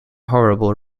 horrible